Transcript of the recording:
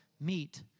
meet